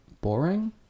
boring